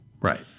right